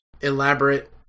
elaborate